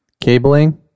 cabling